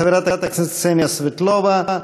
חברת הכנסת קסניה סבטלובה.